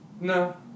No